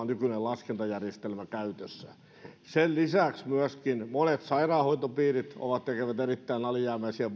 nykyinen laskentajärjestelmä käytössä sen lisäksi myöskin monet sairaanhoitopiirit tekevät erittäin alijäämäisiä